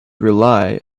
rely